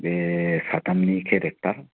बे साथामनि केरेक्टार